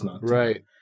right